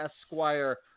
Esquire